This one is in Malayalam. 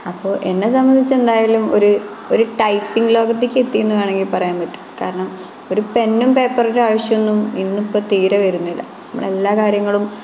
അപ്പോൾ എന്നെ സംബന്ധിച്ച് എന്തായാലും ഒരു ഒരു ടൈപ്പിംഗ് ലോകത്തേക്ക് എത്തി എന്നു വേണമെങ്കില് പറയാന് പറ്റും കാരണം ഒരു പെന്നും പേപ്പറിനും ആവശ്യം ഒന്നും ഇന്നിപ്പം തീരെ വരുന്നില്ല എല്ലാ കാര്യങ്ങളും